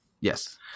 Yes